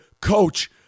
coach